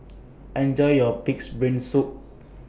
Enjoy your Pig'S Brain Soup